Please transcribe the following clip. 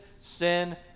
sin